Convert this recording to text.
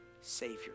Savior